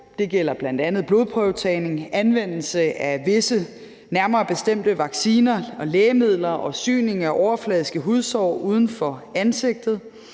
Det gælder bl.a. blodprøvetagning, anvendelse af visse nærmere bestemte vacciner og lægemidler og syning af overfladiske hudsår uden for ansigtet.